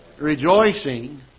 Rejoicing